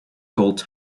called